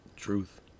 Truth